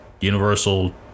universal